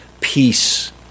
peace